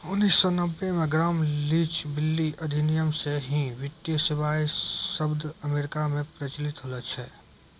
उन्नीस सौ नब्बे मे ग्राम लीच ब्लीली अधिनियम से ही वित्तीय सेबाएँ शब्द अमेरिका मे प्रचलित होलो छलै